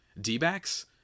D-backs